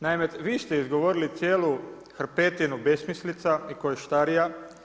Naime, vi ste izgovorili cijelu hrpetinu besmislica i koještarija.